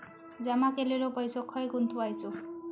जमा केलेलो पैसो खय गुंतवायचो?